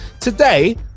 today